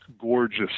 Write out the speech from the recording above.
gorgeous